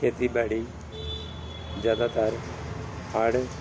ਖੇਤੀਬਾੜੀ ਜ਼ਿਆਦਾਤਰ ਹੜ੍ਹ